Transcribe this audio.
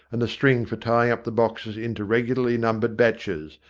and the string for tying up the boxes into regularly numbered batches,